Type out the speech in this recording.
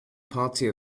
party